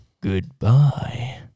goodbye